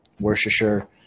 Worcestershire